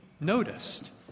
noticed